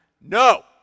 No